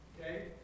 Okay